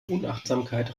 unachtsamkeit